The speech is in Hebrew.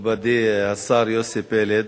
מכובדי השר יוסי פלד,